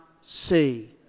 see